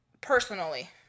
personally